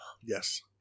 Yes